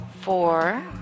four